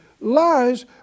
lies